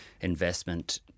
investment